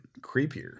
creepier